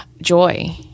joy